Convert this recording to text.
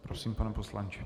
Prosím, pane poslanče.